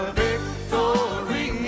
victory